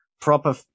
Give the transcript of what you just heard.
proper